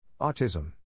Autism